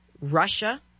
Russia